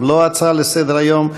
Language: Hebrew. גם לו הצעה לסדר-היום.